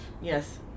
Yes